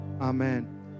amen